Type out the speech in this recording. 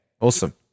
awesome